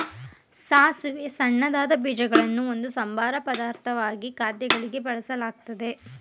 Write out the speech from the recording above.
ಸಾಸಿವೆಯ ಸಣ್ಣದಾದ ಬೀಜಗಳನ್ನು ಒಂದು ಸಂಬಾರ ಪದಾರ್ಥವಾಗಿ ಖಾದ್ಯಗಳಿಗೆ ಬಳಸಲಾಗ್ತದೆ